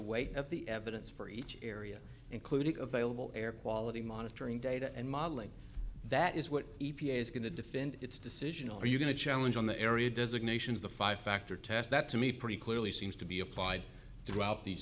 way at the evidence for each area including available air policy monitoring data and modeling that is what e p a is going to defend its decision are you going to challenge on the area designations the five factor test that to me pretty clearly seems to be applied throughout these